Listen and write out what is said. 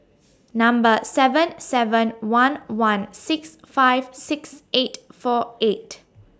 Number seven seven one one six five six eight four eight